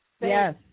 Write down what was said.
Yes